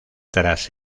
tras